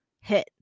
hit